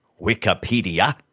Wikipedia